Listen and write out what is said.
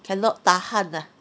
cannot tahan ah